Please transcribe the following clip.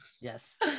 Yes